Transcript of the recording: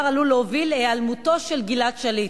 עלול להוביל להיעלמותו של גלעד שליט.